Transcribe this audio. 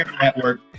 Network